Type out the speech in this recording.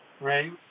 Ray